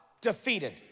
Defeated